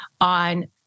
on